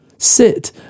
Sit